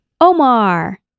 Omar